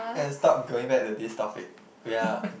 and stop going back to this topic we are